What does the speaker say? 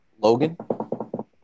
Logan